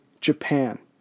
Japan